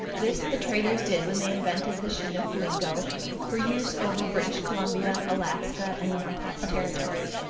this the traders did when they invented the chinook lingo for use over british columbia, alaska, and the northwest territory.